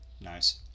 nice